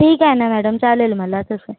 ठीक आहे ना मॅडम चालेल मला तसं